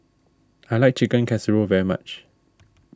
I like Chicken Casserole very much